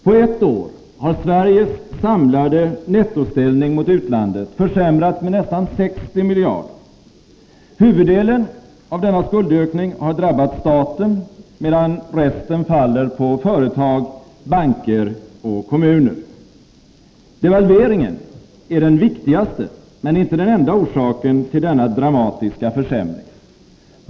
På ett år har Sveriges samlade nettoställning mot utlandet försämrats med nästan 60 miljarder kronor. Huvuddelen av skuldökningen har drabbat staten, medan resten faller på företag, banker och kommuner. Devalveringen är den viktigaste men inte den enda orsaken till denna dramatiska försämring.